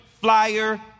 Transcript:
flyer